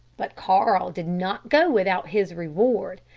but carl did not go without his reward.